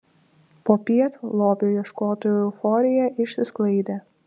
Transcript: popiet lobio ieškotojų euforija išsisklaidė